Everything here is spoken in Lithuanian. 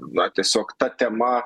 na tiesiog ta tema